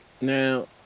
now